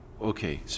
Okay